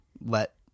let